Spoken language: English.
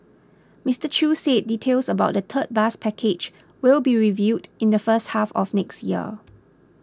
Mister Chew said details about the third bus package will be revealed in the first half of next year